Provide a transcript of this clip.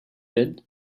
did